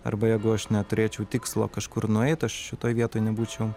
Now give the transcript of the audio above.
arba jeigu aš neturėčiau tikslo kažkur nueit aš šitoj vietoj nebūčiau